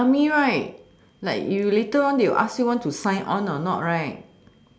like army right like you later on they will ask you want to sign on or not right